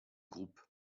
groupe